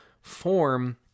form